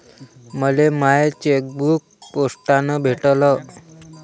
मले my chequebook पोस्टानं भेटल